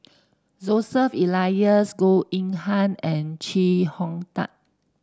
Joseph Elias Goh Yihan and Chee Hong Tat